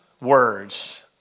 words